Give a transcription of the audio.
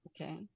okay